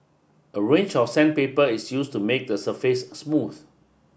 a range of sandpaper is used to make the surface smooth